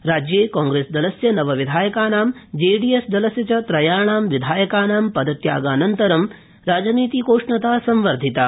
राज्ये कांग्रेसदलस्य नव विधायकानां जेडीएस दलस्य च त्रयाणां विधायकानां पदत्यागानन्तरं राज्ये राजनीतिकोष्णता संवर्धिता